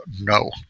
no